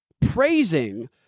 praising